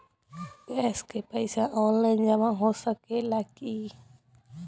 Gas के पइसा online जमा हो सकेला की?